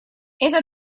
это